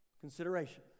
consideration